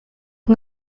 son